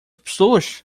pessoas